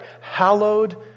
Hallowed